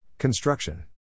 Construction